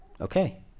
okay